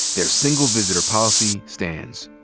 their single-visitor policy stands.